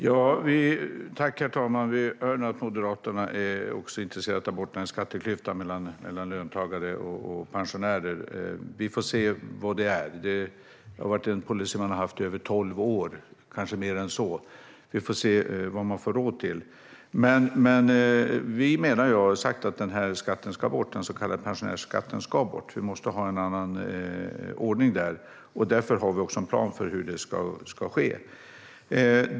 Herr talman! Vi hör nu att Moderaterna också är intresserade av att ta bort skatteklyftan mellan löntagare och pensionärer. Vi får se vad det blir. Det är en policy man har haft i över 12 år, kanske längre än så. Vi får se vad man får råd till. Men vi menar och har sagt att den här skatten, den så kallade pensionärsskatten, ska bort. Vi måste ha en annan ordning där. Därför har vi också en plan för hur det ska ske.